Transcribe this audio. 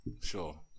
Sure